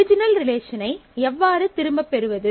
original ரிலேசனை எவ்வாறு திரும்பப் பெறுவது